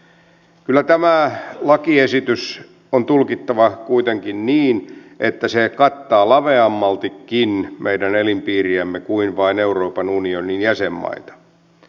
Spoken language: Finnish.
kyllä tämä lakiesitys on tulkittava kuitenkin niin että se kattaa meidän elinpiiriämme laveammaltikin kuin vain euroopan unionin jäsenmaita